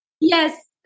Yes